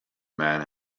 man